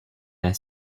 their